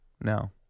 No